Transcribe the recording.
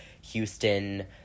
Houston